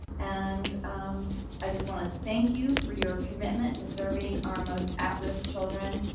and i just want to thank you for your commitment to serving our most at-risk children,